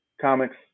comics